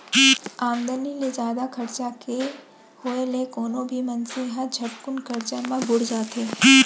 आमदनी ले जादा खरचा के होय ले कोनो भी मनसे ह झटकुन करजा म बुड़ जाथे